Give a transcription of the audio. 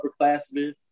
upperclassmen